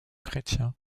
chrétiens